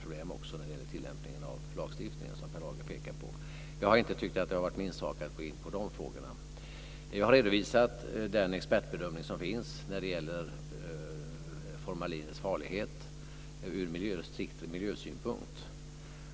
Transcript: problem när det gäller tillämpningen av lagstiftningen, som Per Lager pekar på. Jag har inte tyckt att det har varit min sak att gå in på de frågorna. Jag har redovisat den expertbedömning som finns när det gäller formalinets farlighet ur strikt miljösynpunkt.